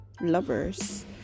lovers